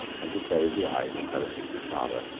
and to close the eyes of her afflicted father.